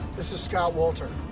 this is scott wolter.